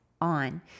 on